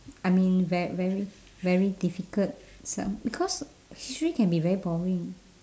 I mean ve~ very very difficult some because history can be very boring